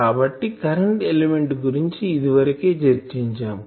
కాబట్టి కరెంటుఎలిమెంట్ గురించి ఇదివరకే చర్చించాము